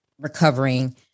recovering